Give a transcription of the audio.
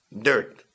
dirt